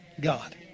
God